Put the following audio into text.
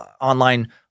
online